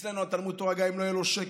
אצלנו, תלמודי התורה, גם אם לא יהיו להם שקל,